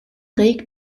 regt